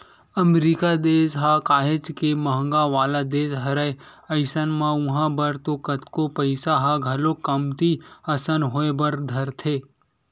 अमरीका देस ह काहेच के महंगा वाला देस हरय अइसन म उहाँ बर तो कतको पइसा ह घलोक कमती असन होय बर धरथे